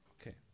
Okay